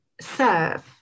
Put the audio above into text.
serve